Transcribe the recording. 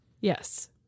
Yes